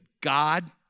God